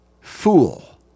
fool